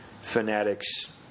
fanatics